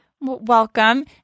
Welcome